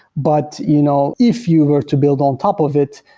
but, you know if you were to build on top of it,